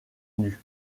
nue